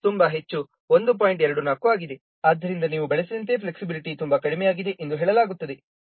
24 ಆಗಿದೆ ಆದ್ದರಿಂದ ನೀವು ಬಳಸಿದಂತೆಯೇ ಫ್ಲೆಕ್ಸಿಬಿಲಿಟಿ ತುಂಬಾ ಕಡಿಮೆಯಾಗಿದೆ ಎಂದು ಹೇಳಲಾಗುತ್ತದೆ